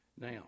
Now